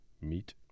meet